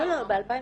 לא, לא, ב-2019.